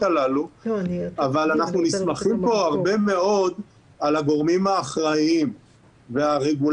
הללו אבל אנחנו נסמכים פה הרבה מאוד על הגורמים האחראים והרגולטורים.